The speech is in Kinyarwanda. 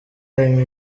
anywa